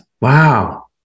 Wow